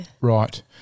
Right